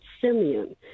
Simeon